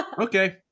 Okay